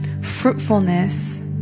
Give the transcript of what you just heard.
Fruitfulness